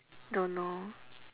don't know